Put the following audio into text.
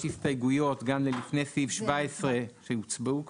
יש לי הסתייגויות גם לפני סעיף 17 שהוצבעו כבר,